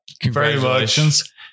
congratulations